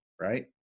right